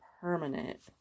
permanent